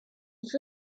ils